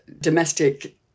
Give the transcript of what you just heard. domestic